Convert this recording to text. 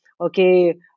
okay